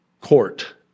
court